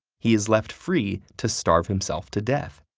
he is left free to starve himself to death.